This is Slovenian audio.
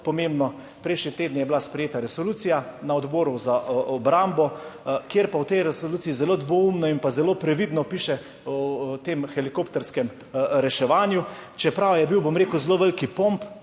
Prejšnji teden je bila sprejeta resolucija na Odboru za obrambo, pri čemer v tej resoluciji zelo dvoumno in zelo previdno piše o tem helikopterskem reševanju, čeprav je bil, bom rekel, zelo velik pomp